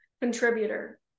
contributor